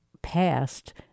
past